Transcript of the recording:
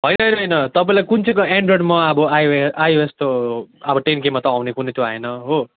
होइन होइन होइन तपाईँलाई कुन चाहिँको एनड्रोइडमा अब आइओए आइएस त अब टेन केमा त आउने कुनै त्यो आएन हो